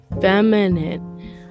feminine